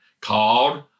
called